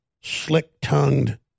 slick-tongued